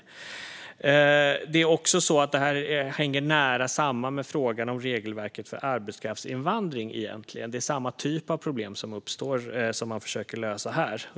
Det är också så att det här egentligen hänger nära samman med frågan om regelverket för arbetskraftsinvandring. Det är samma typ av problem som uppstår som man försöker lösa här.